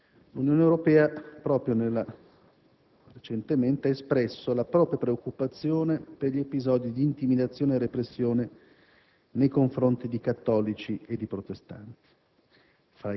L'Unione Europea proprio recentemente ha espresso la propria preoccupazione per gli episodi di intimidazione e repressione nei confronti di cattolici e protestanti.